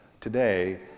Today